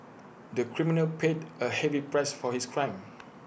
the criminal paid A heavy price for his crime